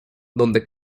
donde